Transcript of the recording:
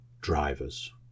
drivers